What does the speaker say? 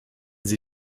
sie